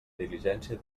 diligència